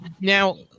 now